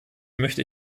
möchte